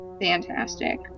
fantastic